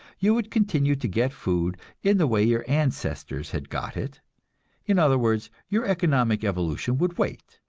you would continue to get food in the way your ancestors had got it in other words, your economic evolution would wait,